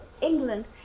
England